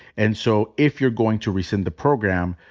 and so if you're going to rescind the program,